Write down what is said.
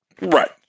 Right